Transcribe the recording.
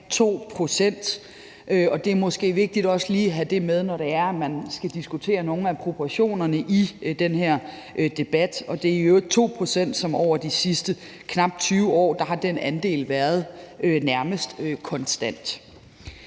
2 pct., og det er måske vigtigt også lige at have det med, når det er, man skal diskutere nogle af proportionerne i den her debat. Det er i øvrigt 2 pct., som over de sidste knap 20 år nærmest har været en konstant